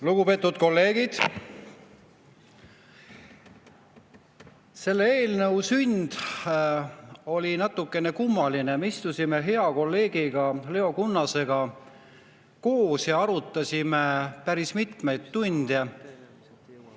Lugupeetud kolleegid! Selle eelnõu sünd oli natukene kummaline. Me istusime hea kolleegi Leo Kunnasega koos ja arutasime päris mitmeid tunde,